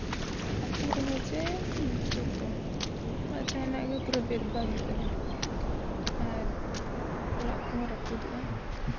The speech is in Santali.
ᱟᱛᱳ ᱨᱮᱦᱚᱸ ᱡᱮ ᱡᱚᱛᱚ ᱟᱨ ᱡᱟᱦᱟᱱᱟᱜ ᱜᱮ ᱯᱩᱨᱟᱹ ᱵᱮᱨᱵᱟᱫᱽ ᱩᱛᱟᱹᱨᱟᱭ ᱟᱨ ᱚᱲᱟᱜ ᱠᱚᱦᱚᱸ ᱨᱟᱹᱯᱩᱫᱚᱜᱼᱟ